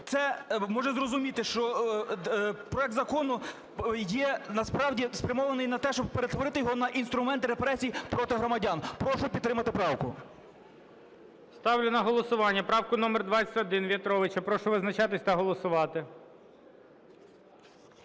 це, може зрозуміти, що проект закону є насправді спрямований на те, щоб перетворити його на інструмент репресій проти громадян. Прошу підтримати правку. ГОЛОВУЮЧИЙ. Ставлю на голосування правку номер 21 В'ятровича. Прошу визначатись та голосувати.